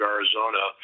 Arizona